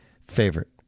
favorite